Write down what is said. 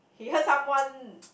he heard someone